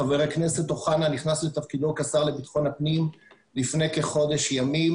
חבר הכנסת אוחנה נכנס לתפקידו כשר לביטחון הפנים לפני כחודש ימים